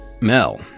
Mel